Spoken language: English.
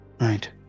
right